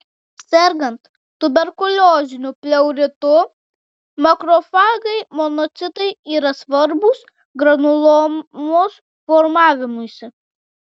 sergant tuberkulioziniu pleuritu makrofagai monocitai yra svarbūs granulomos formavimuisi